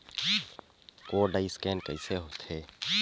Code scan कइसे होथे?